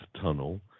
tunnel